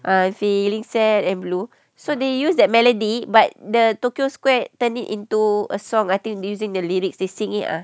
I'm feeling sad and blue so they use that melody but the tokyo square turned it into a song I think using the lyrics they sing it ah